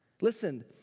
Listen